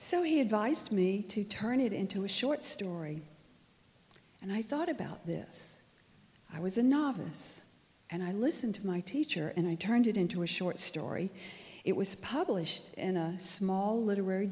so he advised me to turn it into a short story and i thought about this i was a novice and i listened to my teacher and i turned it into a short story it was published in a small literary